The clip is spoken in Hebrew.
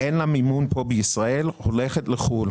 אין לה מימון כאן בישראל והיא הולכת לחוץ לארץ.